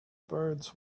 birds